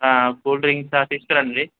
cool drinks తీసుకురండి